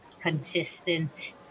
consistent